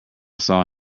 saw